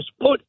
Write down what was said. put